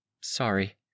Sorry